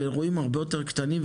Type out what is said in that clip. על אירועים הרבה יותר קטנים,